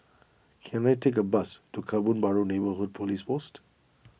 can I take a bus to Kebun Baru Neighbourhood Police Post